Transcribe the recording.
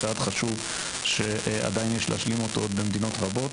צעד חשוב שעדיין יש להשלים אותו עוד במדינות רבות